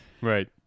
right